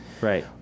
Right